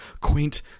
quaint